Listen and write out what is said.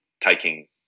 taking